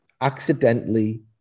accidentally